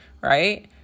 right